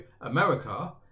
America